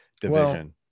division